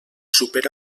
supera